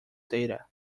data